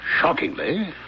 shockingly